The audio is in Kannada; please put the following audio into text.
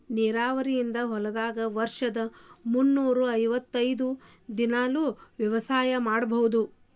ನೇರಾವರಿ ಇದ್ದ ಹೊಲದಾಗ ವರ್ಷದ ಮುನ್ನೂರಾ ಅರ್ವತೈದ್ ದಿನಾನೂ ವ್ಯವಸಾಯ ಮಾಡ್ಬಹುದು